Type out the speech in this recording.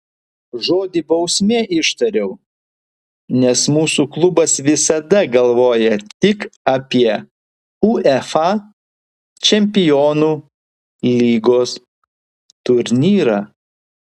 žodį bausmė ištariau nes mūsų klubas visada galvoja tik apie uefa čempionų lygos turnyrą